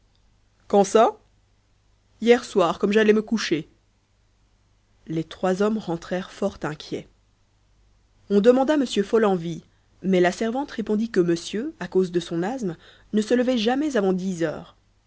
quand ça hier soir comme j'allais me coucher les trois hommes rentrèrent fort inquiets on demanda m follenvie mais la servante répondit que monsieur à cause de son asthme ne se levait jamais avant dix heures